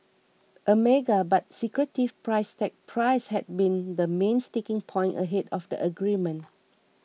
a mega but secretive price tag Price had been the main sticking point ahead of the agreement